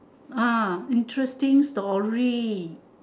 ah interesting story